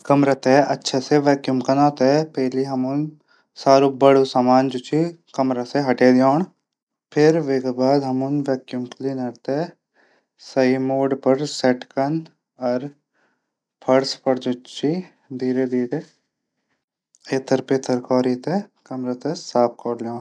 कमरा थै अछू से वैक्यूम कनो थै सारा बडू सामान कमरा से हटे दिण फिर वेकू बाद हमन वैक्यूम क्लीनर थै सही मोड पर सैट कन। फिर फर्स पर ऐथर पैथर कैरी वैक्यूम क्लीनर से साफ कन।